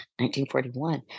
1941